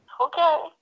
Okay